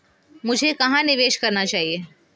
मुझे कहां निवेश करना चाहिए?